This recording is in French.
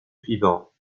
suivants